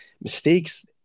mistakes